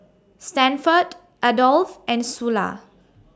Stanford Adolf and Sula